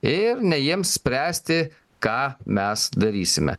ir ne jiems spręsti ką mes darysime